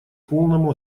полному